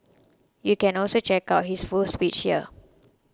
you can also check out his full speech here